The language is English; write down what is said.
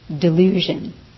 delusion